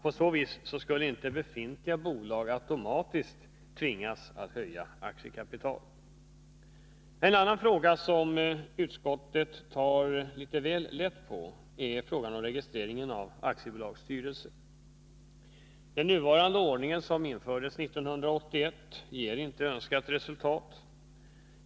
På så vis skulle inte befintliga bolag automatiskt tvingas höja sitt aktiekapital. En annan fråga, som utskottet tar litet väl lätt på, gäller registreringen av aktiebolags styrelse. Den nuvarande ordningen, som infördes 1981, ger inte önskat resultat.